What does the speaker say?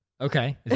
Okay